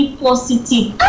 positive